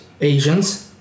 Asians